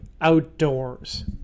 outdoors